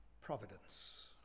providence